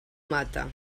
mata